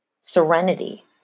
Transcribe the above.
serenity